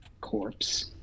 corpse